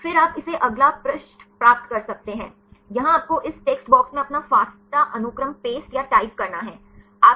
फिर आप इसे अगला पृष्ठ प्राप्त कर सकते हैं यहाँ आपको इस टेक्स्ट बॉक्स में अपना फास्टा अनुक्रम पेस्ट या टाइप करना है